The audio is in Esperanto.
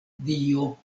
dio